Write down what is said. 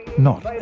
not